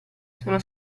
sono